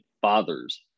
fathers